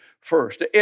first